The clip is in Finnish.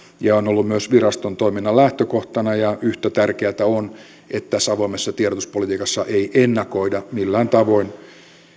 ja ja on ollut myös viraston toiminnan lähtökohtana ja yhtä tärkeätä on että tässä avoimessa tiedotuspolitiikassa ei ennakoida millään tavoin